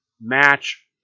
Match